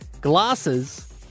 Glasses